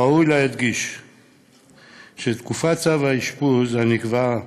ראוי להדגיש שתקופת צו האשפוז הנקבעת